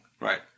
Right